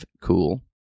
cool